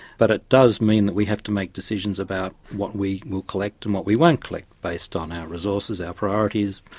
but it does mean that we have to make decisions about what we will collect and what we won't collect based on our resources, our priorities,